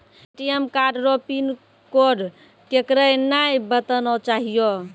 ATM card रो PIN code केकरै नाय बताना चाहियो